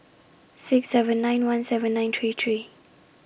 six seven nine one seven nine three three